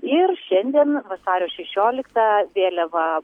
ir šiandien vasario šešioliktą vėliava